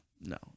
no